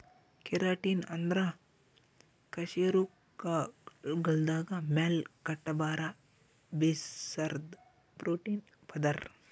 keratin ಅಂದ್ರ ಕಶೇರುಕಗಳ್ದಾಗ ಮ್ಯಾಲ್ ಕಂಡಬರಾ ಬಿರ್ಸಾದ್ ಪ್ರೋಟೀನ್ ಪದರ್